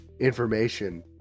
information